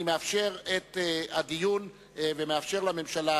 אני מאפשר את הדיון ומאפשר לממשלה,